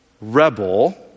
rebel